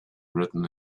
written